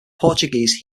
portuguese